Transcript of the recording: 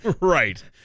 Right